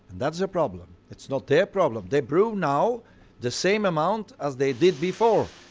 that's the problem. it's not their problem. they brew now the same amount as they did before.